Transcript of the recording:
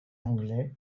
anglais